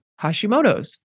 Hashimoto's